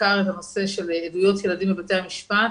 שחקר את הנושא של עדויות ילדים בבתי המשפט.